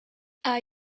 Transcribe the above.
are